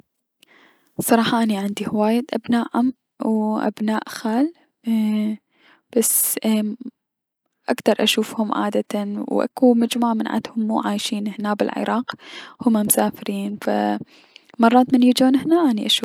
صراحة اني عندي هواية ابناء عم و ابناء خال بس اكدر اشوفهم عادتا و اكو مجموعة من عدهم مو عايشين هنا بلعراق هم مسافرين ف مرات من يجون هنا اني اشوفهم.